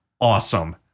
awesome